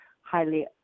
highly